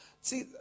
See